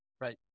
Right